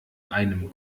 einem